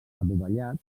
adovellat